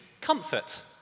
comfort